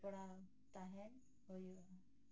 ᱡᱚᱯᱲᱟᱣ ᱛᱟᱦᱮᱱ ᱦᱩᱭᱩᱜᱼᱟ